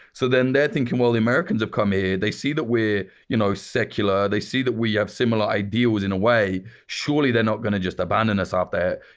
so then they're thinking, well, the americans have come here, they see that we're you know secular, they see that we have similar ideals in a way, surely they're not going to just abandon us out there,